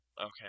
Okay